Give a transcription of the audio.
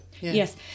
yes